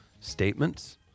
statements